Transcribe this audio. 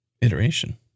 Iteration